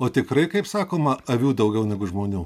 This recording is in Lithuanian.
o tikrai kaip sakoma avių daugiau negu žmonių